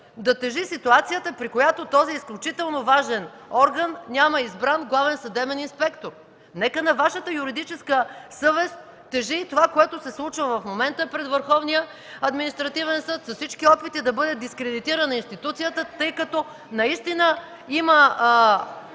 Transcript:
да тежи ситуацията, при която този изключително важен орган няма избран главен съдебен инспектор. Нека на Вашата юридическа съвест тежи и това, което се случва в момента пред Върховния административен съд – с всички опити да бъде дискредитирана институцията, тъй като наистина има